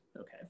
Okay